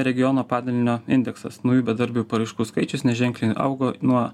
regiono padalinio indeksas naujų bedarbių paraiškų skaičius neženkliai augo nuo